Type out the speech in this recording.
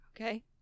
Okay